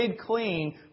clean